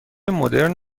مدرن